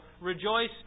rejoice